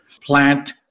plant